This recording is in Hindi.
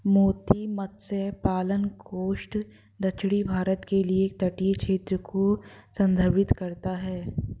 मोती मत्स्य पालन कोस्ट दक्षिणी भारत के एक तटीय क्षेत्र को संदर्भित करता है